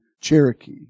Cherokee